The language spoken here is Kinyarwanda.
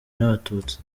n’abatutsi